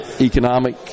economic